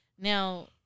Now